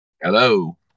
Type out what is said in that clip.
Hello